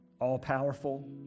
all-powerful